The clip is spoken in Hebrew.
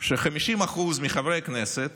ש-50% מחברי הכנסת